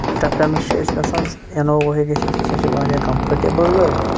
preference چھےٚ اَسہِ ویٚژھان اِنووا گژھِ آسٕنۍ سۄ چھِ واریاہ کمفرٹیبل گٲڑ